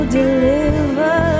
deliver